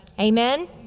Amen